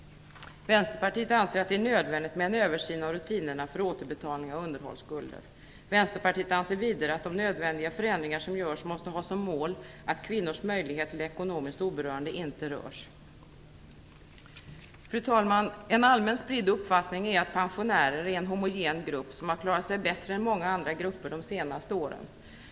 Vänsterpartiet anser att det är nödvändigt med en översyn av rutinerna för återbetalning av underhållsskulder. Vänsterpartiet anser vidare att de nödvändiga förändringar som görs måste ha som mål att kvinnors möjlighet till ekonomiskt oberoende inte rörs. Fru talman! En allmänt spridd uppfattning är att pensionärer är en homogen grupp som har klarat sig bättre än många andra grupper under de senaste åren.